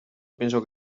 pienso